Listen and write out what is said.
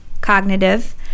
cognitive